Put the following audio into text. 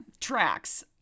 tracks